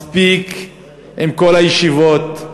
מספיק עם כל הישיבות,